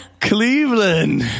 Cleveland